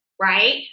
right